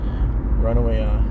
Runaway